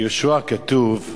כתוב: